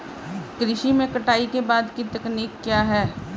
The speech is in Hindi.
कृषि में कटाई के बाद की तकनीक क्या है?